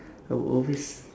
I will always